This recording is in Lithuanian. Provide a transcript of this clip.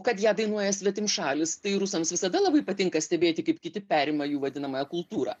kad ją dainuoja svetimšalis tai rusams visada labai patinka stebėti kaip kiti perima jų vadinamąją kultūrą